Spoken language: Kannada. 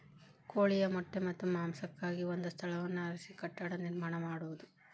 ಕೋಳಿಯ ಮೊಟ್ಟೆ ಮತ್ತ ಮಾಂಸಕ್ಕಾಗಿ ಒಂದ ಸ್ಥಳವನ್ನ ಆರಿಸಿ ಕಟ್ಟಡಾ ನಿರ್ಮಾಣಾ ಮಾಡುದು